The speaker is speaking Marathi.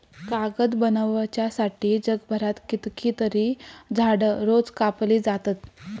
कागद बनवच्यासाठी जगभरात कितकीतरी झाडां रोज कापली जातत